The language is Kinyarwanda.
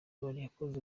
wakoze